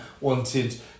wanted